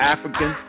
African